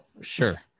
Sure